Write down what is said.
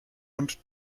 und